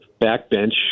backbench